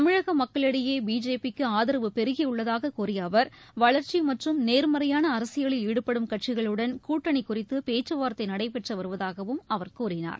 தமிழக மக்களிடையே பிஜேபி க்கு ஆதரவு பெருகியுள்ளதாக கூறிய அவர் வளர்ச்சி மற்றும் நேர்மறையாள அரசியலில் ஈடுபடும் கட்சிகளுடன் கூட்டணி குறித்து பேச்சுவார்த்தை நடைபெற்று வருவதாகவும் அவர் கூறினார்